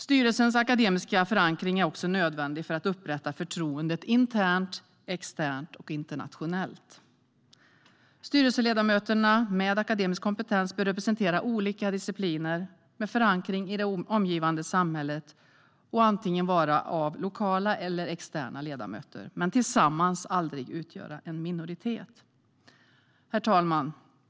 Styrelsens akademiska förankring är också nödvändig för att upprätta förtroendet internt, externt och internationellt. Styrelseledamöterna, med akademisk kompetens, bör representera olika discipliner med förankring i det omgivande samhället och vara antingen lokala eller externa ledamöter - men tillsammans aldrig utgöra en minoritet. Herr talman!